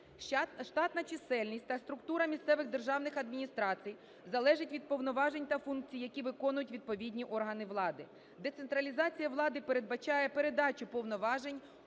Штатна чисельність та структура місцевих державних адміністрацій залежить від повноважень та функцій, які виконують відповідні органи влади. Децентралізація влади передбачає передачу повноважень